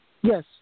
Yes